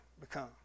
become